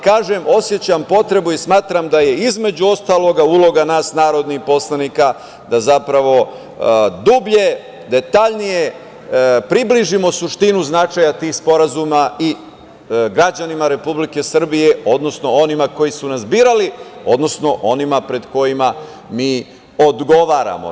Kažem, osećam potrebu i smatram da je između ostalog uloga nas narodnih poslanika da zapravo dublje, detaljnije približimo suštinu značaja tih sporazuma i građanima Republike Srbije, odnosno onima koji su nas birali, odnosno onima pred kojima mi odgovaramo.